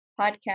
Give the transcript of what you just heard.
podcast